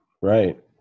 Right